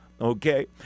okay